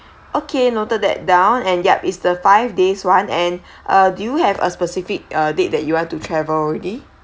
okay noted that down and yup it's the five days one and uh do you have a specific uh date that you want to travel already